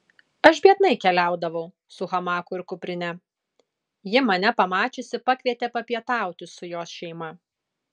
aš biednai keliaudavau su hamaku ir kuprine ji mane pamačiusi pakvietė papietauti su jos šeima